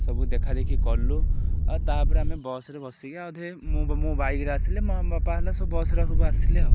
ସବୁ ଦେଖାଦେଖି କଲୁ ଆଉ ତାପରେ ଆମେ ବସ୍ରେ ବସିକି ଆଉ ମୁଁ ବାଇକ୍ରେ ଆସିଲି ମୋ ବାପା ହେଲା ସବୁ ବସ୍ରେ ସବୁ ଆସିଲେ ଆଉ